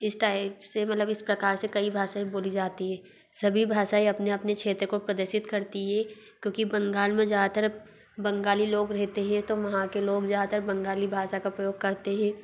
इस टाइप से मतलब इस प्रकार से कई भाषाएं बोली जाती है सभी भाषाएं अपने अपने क्षेत्र को प्रदर्शित करती है क्योंकि बंगाल मे ज़्यातर अब बंगाली लोग रहते है तो वह के लोग ज्यादातर बंगाली भाषा का प्रयोग करते हैं